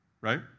right